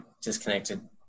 disconnected